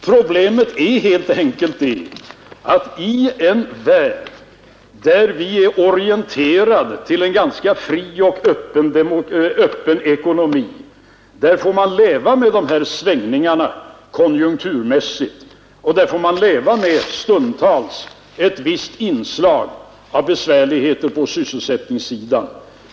Problemet är helt enkelt att i en värld, där vi är orienterade till en ganska fri och öppen ekonomi, får man leva med de här svängningarna konjunkturmässigt och stundtals ett visst inslag av besvärligheter på sysselsättningssidan.